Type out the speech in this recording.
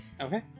Okay